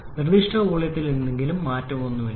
നിർദ്ദിഷ്ട വോള്യത്തിൽ എന്തെങ്കിലും മാറ്റമൊന്നുമില്ല